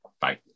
Bye